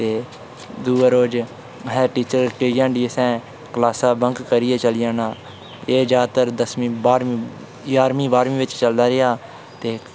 ते दूए रोज़ असें टीचर केईं हांडी असें क्लासां बंक करियै चली जाना एह् जादैतर दसमीं बारहमीं ञारह्मीं बारह्मीं बिच चलदा रेहा ते